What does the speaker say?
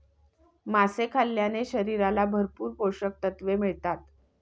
मासे खाल्ल्याने शरीराला भरपूर पोषकतत्त्वे मिळतात